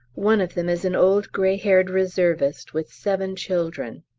one of them is an old grey-haired reservist with seven children.